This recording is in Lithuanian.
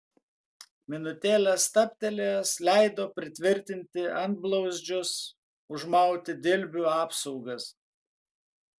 minutėlę stabtelėjęs leido pritvirtinti antblauzdžius užmauti dilbių apsaugas